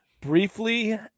briefly